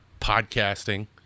podcasting